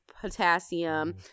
potassium